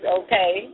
okay